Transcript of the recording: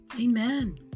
Amen